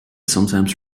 sometimes